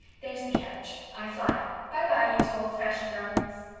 there's the carriage. i fly bi-bi, you two old-fashioned darlings.